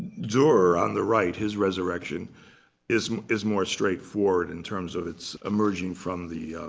durer, on the right, his resurrection is is more straightforward, in terms of its emerging from the